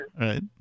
right